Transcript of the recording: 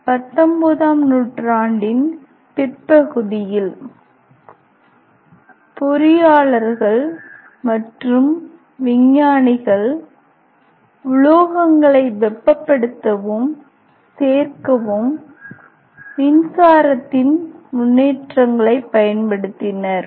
19 ஆம் நூற்றாண்டின் பிற்பகுதியில் பொறியாளர்கள் விஞ்ஞானிகள் உலோகங்களை வெப்பப்படுத்தவும் சேர்க்கவும் மின்சாரத்தின் முன்னேற்றங்களைப் பயன்படுத்தினர்